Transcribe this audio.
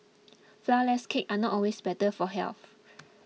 Flourless Cakes are not always better for health